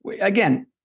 again